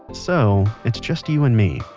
so, it's just you and me,